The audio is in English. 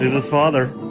his father